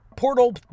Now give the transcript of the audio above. Portal